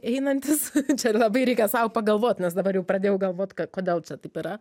einantis čia labai reikia sau pagalvot nes dabar jau pradėjau galvot ka kodėl čia taip yra